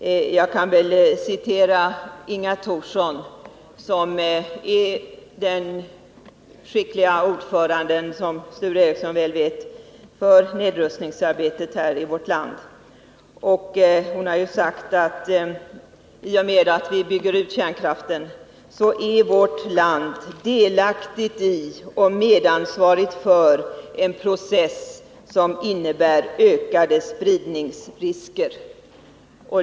Jag kan citera Inga Thorsson, som är den skickliga ordföranden för nedrustningsarbetet, vilket Sture Ericson känner väl till. Hon har sagt att i och med att vi bygger ut kärnkraften så är vårt land delaktigt i och medansvarigt för en process som innebär ökade spridningsrisker.